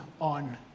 on